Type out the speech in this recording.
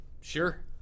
sure